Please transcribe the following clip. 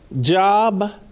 job